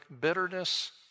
bitterness